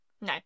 No